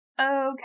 Okay